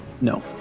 No